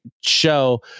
show